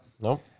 No